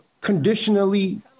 conditionally